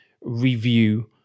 review